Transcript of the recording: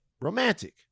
romantic